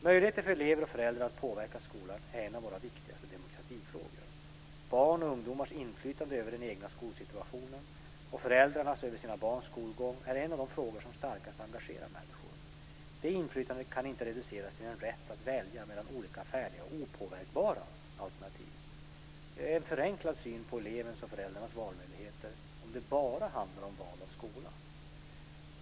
Möjligheten för elever och föräldrar att påverka skolan är en av våra viktigaste demokratifrågor. Barns och ungdomars inflytande över den egna skolsituationen och föräldrarnas över sina barns skolgång är en av de frågor som starkast engagerar människor. Det inflytandet kan inte reduceras till en rätt att välja mellan olika färdiga och opåverkbara alternativ. Det är en förenklad syn på elevens och föräldrarnas valmöjligheter om det bara handlar om val av skola.